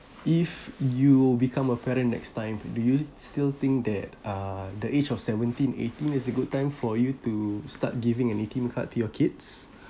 if you become a parent next time do you still think that uh the age of seventeen eighteen is a good time for you to start giving an A_T_M card to your kids